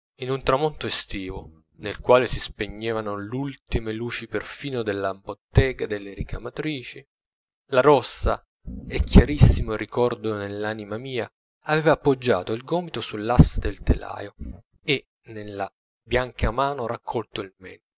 in un tramonto estivo nel quale si spegnevano l'ultime luci perfino nella bottega delle ricamatrici la rossa è chiarissimo il ricordo nell'anima mia aveva poggiato il gomito sull'asse del telaio e nella bianca mano raccolto il mento